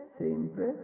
sempre